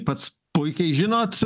pats puikiai žinot